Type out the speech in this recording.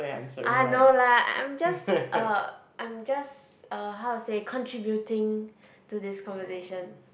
ah no lah I'm just uh I'm just uh how to say contributing to this conversation